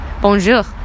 bonjour